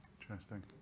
Interesting